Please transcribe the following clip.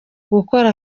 gukora